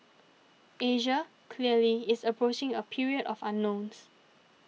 Asia clearly is approaching a period of unknowns